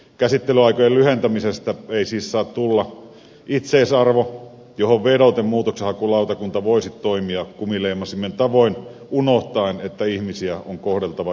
käsittelyaikojen lyhentämisestä ei siis saa tulla itseisarvo johon vedoten muutoksenhakulautakunta voisi toimia kumileimasimen tavoin unohtaen että ihmisiä on kohdeltava yksilöinä